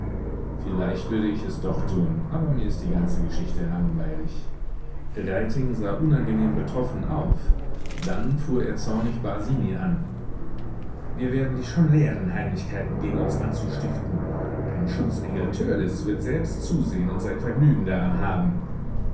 vielleicht würde ich es doch tun aber mir ist die ganze geschichte langweilig reiting sah unangenehm betroffen auf dann fuhr er zornig basini an wir werden dich schon lehren heimlichkeiten gegen uns anzustiften dein schutzengel törleß wird selbst zusehen und sein vergnügen daran haben